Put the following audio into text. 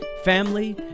family